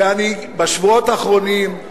בשבועות האחרונים,